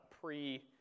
pre